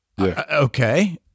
okay